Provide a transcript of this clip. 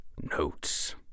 notes